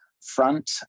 front